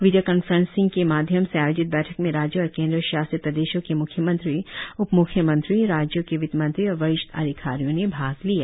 video conferencing माध्यम से आयोजित बैठक में राज्यों और केन्द्र शासित प्रदेशों के म्ख्यमंत्री उप मुख्यमंत्री राज्यों के वित्त मंत्री और वरिष्ठ अधिकारियों ने भाग लिया